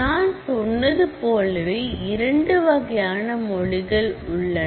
நான் சொன்னது போலவே இரண்டு வகையான மொழிகள் உள்ளன